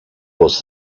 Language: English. was